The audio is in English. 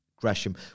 Gresham